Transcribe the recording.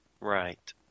Right